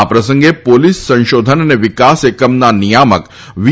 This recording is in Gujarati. આ પ્રસંગે પોલીસ સંશોધન અને વિકાસ એકમના નિયામક વી